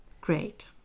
great